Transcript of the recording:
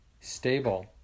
stable